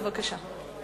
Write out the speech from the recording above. בבקשה.